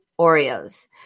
Oreos